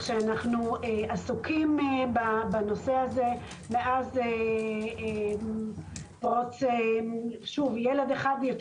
אנו עסוקים בנושא הזה מאז פרוץ ילד אחד יותר